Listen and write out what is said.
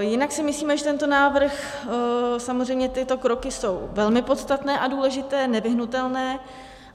Jinak si myslíme, že tento návrh, samozřejmě tyto kroky jsou velmi podstatné a důležité, nevyhnutelné